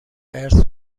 ارث